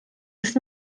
ist